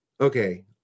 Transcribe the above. okay